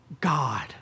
God